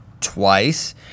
twice